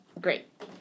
Great